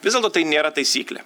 vis dėlto tai nėra taisyklė